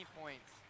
points